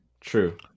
True